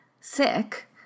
sick